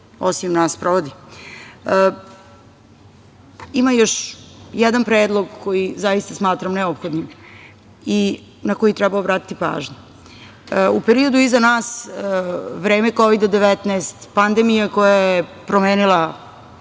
osim nas, sprovodi. Ima još jedan predlog koji, zaista smatram neophodnim i na koji treba obratiti pažnju. U periodu iza nas, vreme Kovida-19, pandemija koja je promenila,